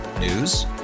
News